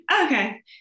Okay